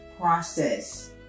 process